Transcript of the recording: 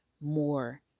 more